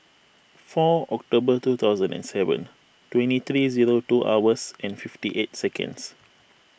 four October two thousand and seven twenty three zero two hours and fifty eight seconds